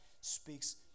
speaks